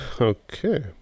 okay